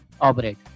operate